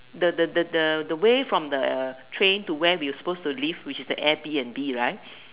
the the the the the way from the train to where we were supposed to live which is the Airbnb right